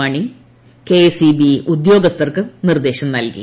മണി KSEB ഉദ്യോഗസ്ഥർക്കു നിർദേശം നൽകി